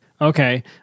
Okay